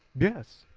yes,